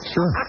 Sure